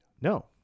no